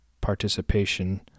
participation